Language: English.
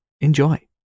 enjoy